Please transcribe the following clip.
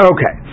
Okay